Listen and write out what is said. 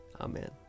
Amen